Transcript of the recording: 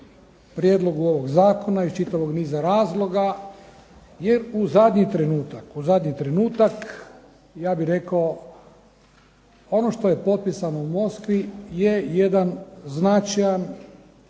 prijedlogu ovog zakona iz čitavog niza razloga, jer u zadnji trenutak, u zadnji trenutak ja bih rekao ono što je potpisano u Moskvi je jedan značajan